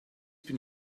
been